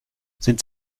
sind